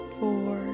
four